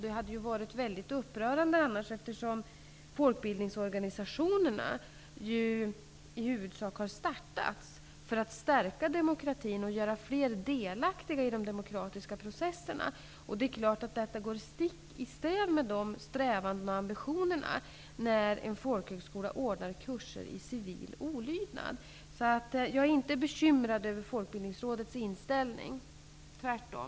Det hade annars varit väldigt upprörande, eftersom folkbildningsorganisationerna ju i huvudsak har startats för att stärka demokratin och göra fler delaktiga i de demokratiska processerna. Det är klart att det går stick i stäv med dessa strävanden och ambitioner när en folkhögskola anordnar kurser i civil olydnad. Jag är således inte bekymrad över Folkbildningsrådets inställning, tvärtom.